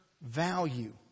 value